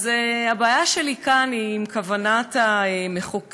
אז הבעיה שלי כאן עם כוונת המחוקק.